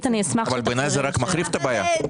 אבל בעיניי זה רק מחריף את הבעיה.